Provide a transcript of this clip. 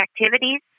activities